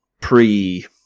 pre